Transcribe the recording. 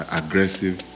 aggressive